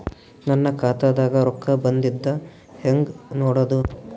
ನನ್ನ ಖಾತಾದಾಗ ರೊಕ್ಕ ಬಂದಿದ್ದ ಹೆಂಗ್ ನೋಡದು?